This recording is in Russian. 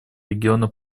региона